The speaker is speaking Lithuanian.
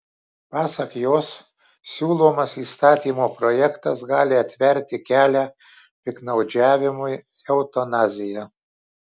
pasak jos siūlomas įstatymo projektas gali atverti kelią piktnaudžiavimui eutanazija